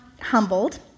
humbled